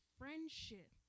friendship